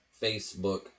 Facebook